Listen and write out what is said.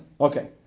Okay